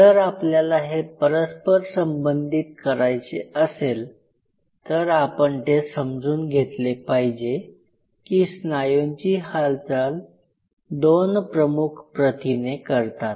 जर आपल्याला हे परस्परसंबंधित करायचे असेल तर आपण ते समजून घेतले पाहिजे की स्नायूंची हालचाल दोन प्रमुख प्रथिने करतात